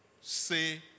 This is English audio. say